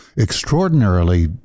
extraordinarily